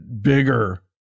bigger